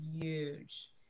huge